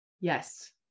Yes